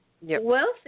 wealth